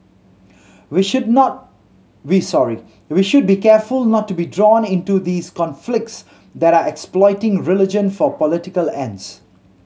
we should not we sorry we should be careful not to be drawn into these conflicts that are exploiting religion for political ends